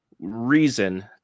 reason